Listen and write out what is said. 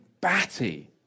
batty